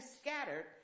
scattered